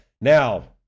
Now